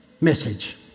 message